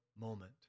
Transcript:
moment